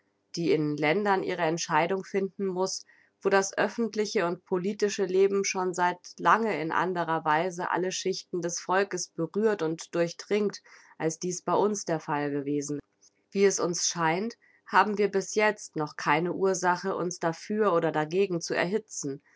die in ländern ihre entscheidung finden muß wo das öffentliche und politische leben schon seit lange in andrer weise alle schichten des volkes berührt und durchdringt als dies bei uns der fall gewesen wie es uns scheint haben wir bis jetzt noch keine ursache uns dafür oder dagegen zu erhitzen